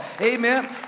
Amen